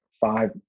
five